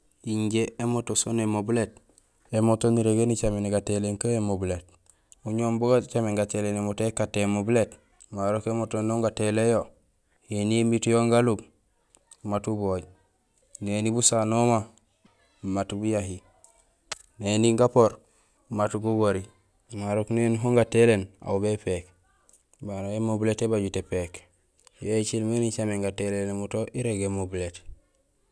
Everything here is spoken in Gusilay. Injé émoto siin émobilét, émoto nirégé nicaméné gatéhiléén que émobilét uñowoom bugacaméén gatéhiléén émoto ikaat to émobilét marok émoto éni on gatéhiléén yo éni émiit yon galub mat ubooj néni busaha nooma mat bujahi néni gapoor mat gugori marok néni hon gatéhiléén aw bépéék baré émobilét ébajut épéék yo écimé nicaméén gatéhiléén émoto irég émobilét.